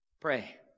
pray